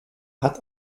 hat